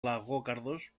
λαγόκαρδος